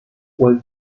when